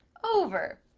over,